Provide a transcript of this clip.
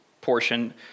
portion